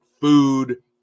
food